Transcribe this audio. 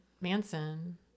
Manson